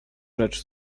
rzecz